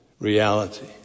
reality